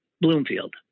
Bloomfield